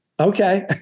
Okay